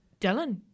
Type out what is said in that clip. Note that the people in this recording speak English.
Dylan